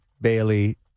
Bailey